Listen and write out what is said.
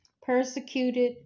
persecuted